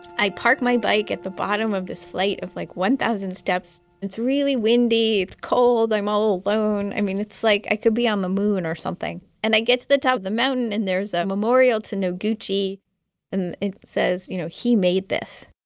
i park my bike at the bottom of this flight of like one thousand steps. it's really windy. it's cold. i'm all alone. i mean it's like i could be on the moon or something and i get to the top of the mountain and there's a memorial to noguchi and it says, you know, he made this.